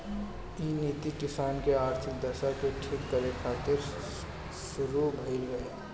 इ नीति किसान के आर्थिक दशा के ठीक करे खातिर शुरू भइल रहे